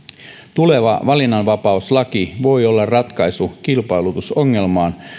tuleva valinnanvapauslaki voi olla ratkaisu kilpailutusongelmaan